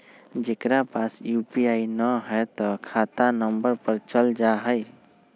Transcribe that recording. जेकरा पास यू.पी.आई न है त खाता नं पर चल जाह ई?